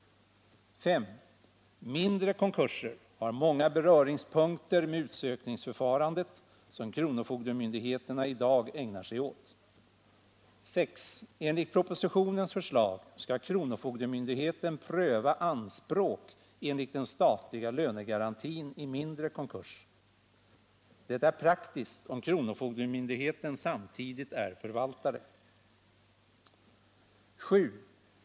S. Mindre konkurser har många beröringspunkter med utsökningsförfarandet, som kronofogdemyndigheterna i dag ägnar sig åt. 6. Enligt propositionens förslag skall kronofogdemyndigheten pröva anspråk enligt den statliga lönegarantin i mindre konkurs. Det är praktiskt om kronofogdemyndigheten samtidigt är förvaltare. 7.